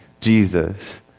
Jesus